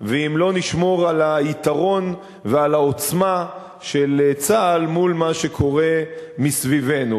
ואם לא נשמור על היתרון ועל העוצמה של צה"ל מול מה שקורה מסביבנו.